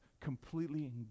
completely